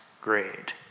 grade